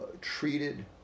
treated